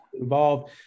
involved